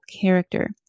character